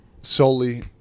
solely